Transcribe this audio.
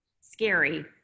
scary